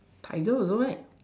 tiger also right